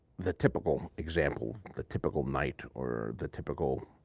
the typical example, the typical knight or the typical